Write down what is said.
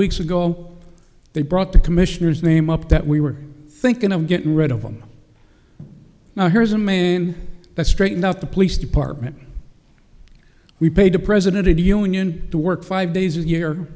weeks ago they brought the commissioners name up that we were thinking of get rid of them now here's a man that straightened out the police department we paid the president of the union to work five days a year